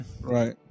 Right